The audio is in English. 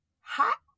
Hot